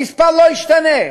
המספר לא ישתנה,